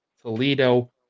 Toledo